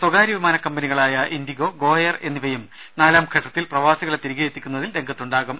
സ്വകാര്യ വിമാന കമ്പനികളായ ഇൻഡിഗോ ഗോ എയർ എന്നിവയും നാലാംഘട്ടത്തിൽ പ്രവാസികളെ തിരികെയത്തിക്കുന്നതിൽ രംഗത്തുണ്ടാകും